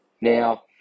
Now